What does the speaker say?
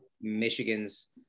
Michigan's